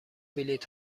بلیط